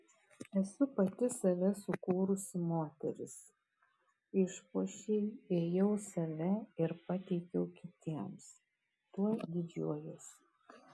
esu pati save sukūrusi moteris išpuošei ėjau save ir pateikiau kitiems tuo didžiuojuosi